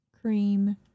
cream